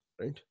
right